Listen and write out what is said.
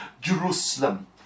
Jerusalem